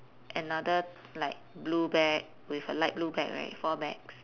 another like blue bag with a light blue bag right four bags